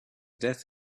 death